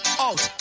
out